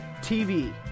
TV